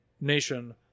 Nation